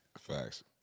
Facts